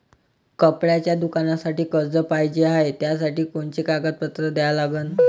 कपड्याच्या दुकानासाठी कर्ज पाहिजे हाय, त्यासाठी कोनचे कागदपत्र द्या लागन?